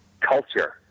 culture